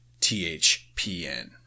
THPN